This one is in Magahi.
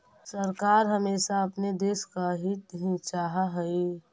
सरकार हमेशा अपने देश का हित ही चाहा हई